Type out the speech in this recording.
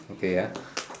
okay ah